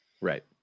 right